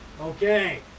okay